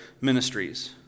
ministries